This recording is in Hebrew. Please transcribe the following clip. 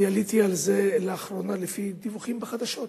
אני עליתי על זה לאחרונה לפי דיווחים בחדשות.